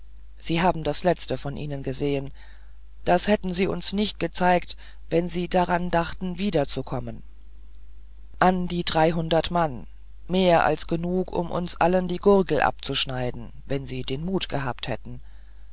sie haben das letzte von ihnen gesehen das hätten sie uns nicht gezeigt wenn sie daran dachten wiederzukommen an die dreihundert mann mehr als genug um uns allen die gurgel abzuschneiden wenn sie den mut gehabt hätten